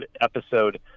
episode